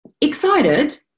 excited